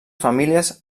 famílies